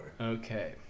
Okay